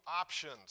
options